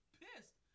pissed